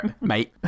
Mate